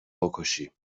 بکشی